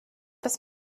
das